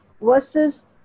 Versus